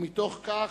ומתוך כך,